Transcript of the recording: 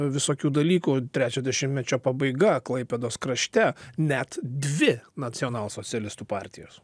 visokių dalykų trečio dešimtmečio pabaiga klaipėdos krašte net dvi nacionalsocialistų partijos